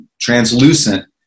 translucent